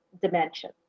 dimension